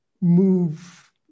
move